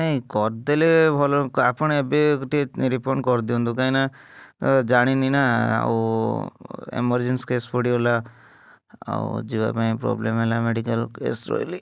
ନାଇ କରିଦେଲେ ଭଲ ଆପଣ ଏବେ ଟିକେ ରିଫଣ୍ଡ କରିଦିଅନ୍ତୁ କାହିଁକି ନା ଜାଣିନି ନା ଆଉ ଏମର୍ର୍ଜେନ୍ସି କେସ୍ ପଡ଼ିଗଲା ଆଉ ଯିବାପାଇଁ ପ୍ରୋବ୍ଲେମ୍ ହେଲା ମେଡ଼ିକାଲ୍ କେସ୍ ରହିଲି